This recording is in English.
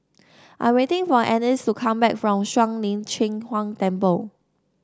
I'm waiting for Annis to come back from Shuang Lin Cheng Huang Temple